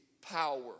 power